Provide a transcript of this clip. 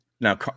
Now